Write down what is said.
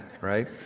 right